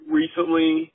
recently